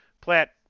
Platt